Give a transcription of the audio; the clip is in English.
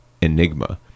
enigma